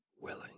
willing